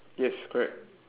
yes correct